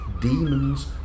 demons